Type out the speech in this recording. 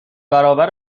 برابر